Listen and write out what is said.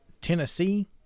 Tennessee